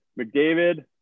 McDavid